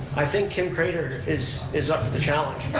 i think kim craitor is is up for the challenge.